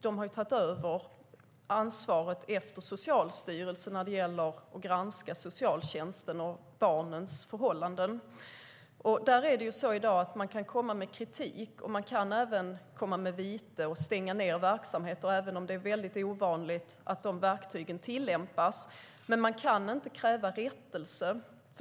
De har ju tagit över ansvaret från Socialstyrelsen när det gäller att granska socialtjänsten och barns förhållanden. I dag kan de komma med kritik, och de kan även utdöma vite och stänga ned verksamheter, även om det är mycket ovanligt att de verktygen tillämpas. Men man kan inte kräva upprättelse.